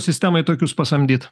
sistemai tokius pasamdyt